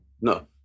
no